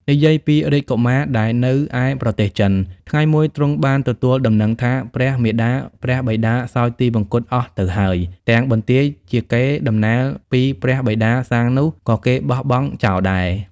និយាយពីរាជកុមារដែលនៅឯប្រទេសចិន ថ្ងៃមួយទ្រង់បានទទួលដំណឹងថា ព្រះមាតាព្រះបិតាសោយទិវង្គតអស់ទៅហើយ ទាំងបន្ទាយជាកេរ្តិ៍ដំណែលពីព្រះបិតាសាងនោះ ក៏គេបោះបង់ចោលដែរ។